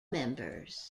members